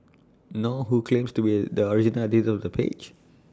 nor who claims to be the original editor of the page